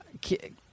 Kid